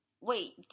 wait